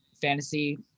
fantasy